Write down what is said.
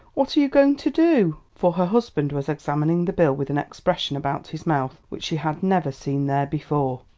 what are you going to do? for her husband was examining the bill with an expression about his mouth which she had never seen there before.